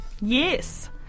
yes